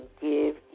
give